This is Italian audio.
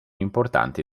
importanti